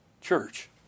Church